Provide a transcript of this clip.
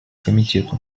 комитету